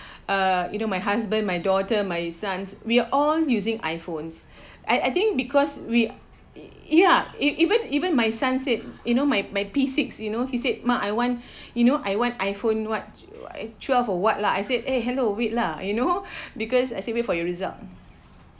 uh you know my husband my daughter my son we're all using iPhones I I think because we ya it even even my son said you know my my P six you know he said mak I want you know I want iPhone what twelve or what lah I said eh hello wait lah you know because I said wait for your result